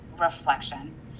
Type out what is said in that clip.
reflection